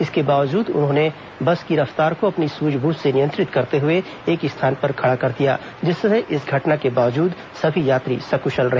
इसके बावजूद उन्होंने बस की रफ्तार को अपनी सूझ बूझ से नियंत्रित करते हुए एक स्थान पर खड़ा कर दिया जिससे इस घटना के बावजूद सभी यात्री सक्शल रहे